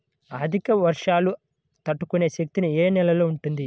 అధిక వర్షాలు తట్టుకునే శక్తి ఏ నేలలో ఉంటుంది?